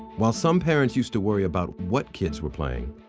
while some parents used to worry about what kids were playing,